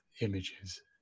images